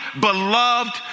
beloved